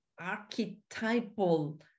archetypal